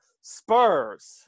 Spurs